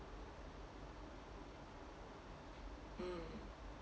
mm